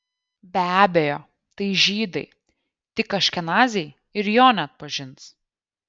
be abejo tai žydai tik aškenaziai ir jo neatpažins